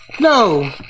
no